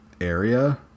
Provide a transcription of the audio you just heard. area